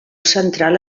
central